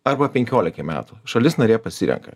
arba penkiolikai metų šalis narė pasirenka